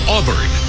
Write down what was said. Auburn